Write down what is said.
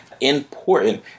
important